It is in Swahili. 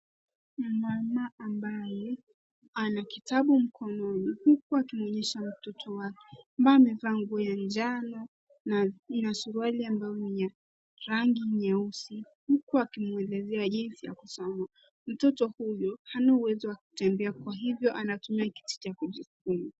Mama ambaye ana kitabu mkononi huku akimuonyesha mtoto wake, ambaye amevaa nguo ya njano na suruali ambayo ni ya rangi nyeusi huku akimwelezea jinsi ya kusoma. Mtoto huyo, hana uwezo wa kutembea kwa hivyo anatumia kiti cha kujisukuma.